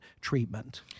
treatment